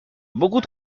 boit